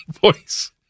voice